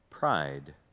Pride